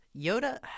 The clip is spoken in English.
Yoda